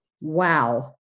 Wow